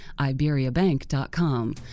IberiaBank.com